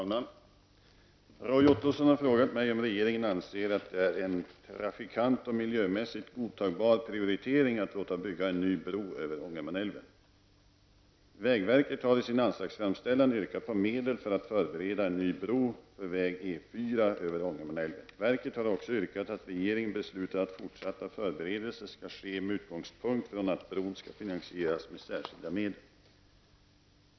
Herr talman! Roy Ottosson har frågat mig om regeringen anser att det är en trafikant och miljömässigt godtagbar prioritering att låta bygga en ny bro över Ångermanälven. Ångermanälven. Verket har också yrkat att regeringen beslutar att fortsatta förberedelser skall ske med utgångspunkt i att bron skall finansieras med särskilda medel.